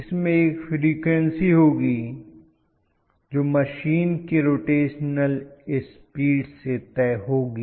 इसमें एक फ्रीक्वेंसी होगी जो मशीन की रोटेशनल स्पीड से तय होगी